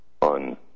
on